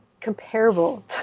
comparable